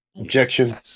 Objection